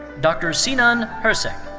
dr. sinan hersek.